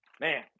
Man